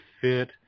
fit